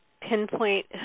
pinpoint